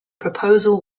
proposal